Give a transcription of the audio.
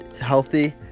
healthy